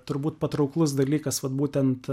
turbūt patrauklus dalykas vat būtent